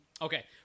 Okay